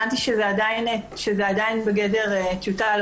הבנתי שזה עדיין בגדר טיוטה,